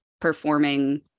performing